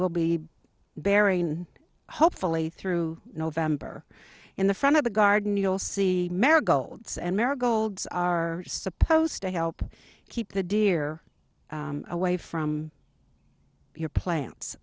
will be buried in hopefully through november in the front of the garden you'll see marigolds and marigolds are supposed to help keep the deer away from your plants